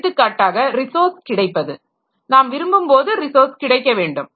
எடுத்துக்காட்டாக ரிசோர்ஸ் கிடைப்பது நாம் விரும்பும்போது ரிசோர்ஸ் கிடைக்க வேண்டும்